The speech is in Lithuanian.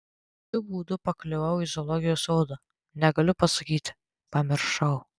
kokiu būdu pakliuvau į zoologijos sodą negaliu pasakyti pamiršau